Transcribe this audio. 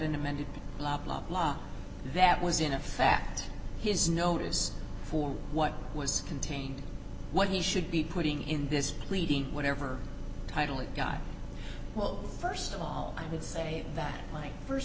an amended blah blah blah that was in a fact his notice for what was contained what he should be putting in this pleading whatever title it guy well st of all i would say that my